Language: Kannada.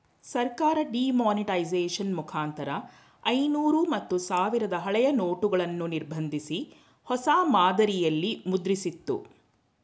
ಸರ್ಕಾರ ಡಿಮಾನಿಟೈಸೇಷನ್ ಮುಖಾಂತರ ಐನೂರು ಮತ್ತು ಸಾವಿರದ ಹಳೆಯ ನೋಟುಗಳನ್ನು ನಿರ್ಬಂಧಿಸಿ, ಹೊಸ ಮಾದರಿಯಲ್ಲಿ ಮುದ್ರಿಸಿತ್ತು